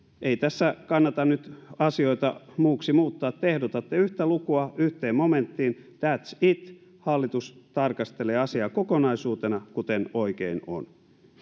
ei tässä kannata nyt asioita muuksi muuttaa te ehdotatte yhtä lukua yhteen momenttiin thats it hallitus tarkastelee asiaa kokonaisuutena kuten oikein on